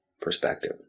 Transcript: perspective